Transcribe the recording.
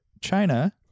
China